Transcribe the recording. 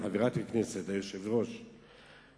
חברת הכנסת ויושבת-ראש קדימה,